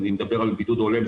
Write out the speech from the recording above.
אני מדבר על בידוד הולם,